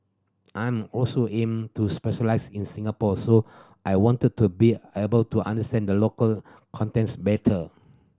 I'm also aim to specialise in Singapore so I wanted to be able to understand the local context better